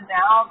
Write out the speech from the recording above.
now